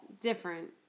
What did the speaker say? Different